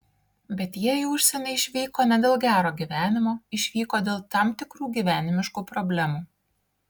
bet jie į užsienį išvyko ne dėl gero gyvenimo išvyko dėl tam tikrų gyvenimiškų problemų